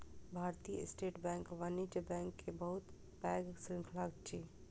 भारतीय state bank वाणिज्य bank के बहुत पैघ श्रृंखला अछि